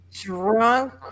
drunk